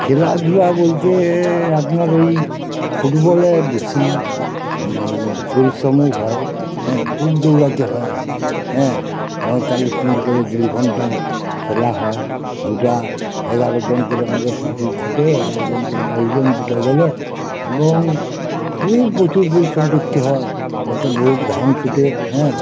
খেলাধূলা বলতে আপনার ওই ফুটবলে বেশি পরিশ্রমও হয় হ্যাঁ খুব দৌড়াতে হয় হ্যাঁ পঁয়তাল্লিশ মিনিট করে দেড় ঘণ্টা খেলা হয় দুটো এগারো জন করে আমাদের পার্টি থাকে এগারো জন করে বাইশ জন দুটো দলে এবং খুব প্রচুর পরিশ্রম করতে হয় তাতে বহুত ঘাম ছোটে হ্যাঁ